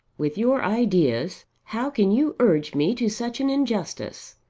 with your ideas, how can you urge me to such an injustice?